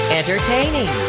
entertaining